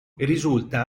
risulta